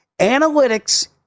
analytics